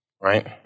right